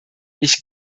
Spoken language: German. ich